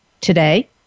today